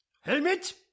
Helmet